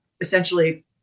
essentially